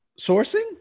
sourcing